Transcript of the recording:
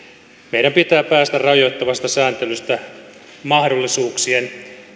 meidän pitää päästä rajoittavasta sääntelystä mahdollisuuksien